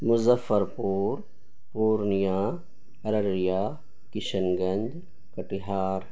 Muzaffarpur Purnia Araria Kishanganj Katihar